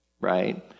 right